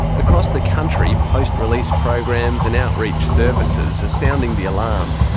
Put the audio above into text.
across the country, post release programs and outreach services are sounding the alarm.